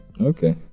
okay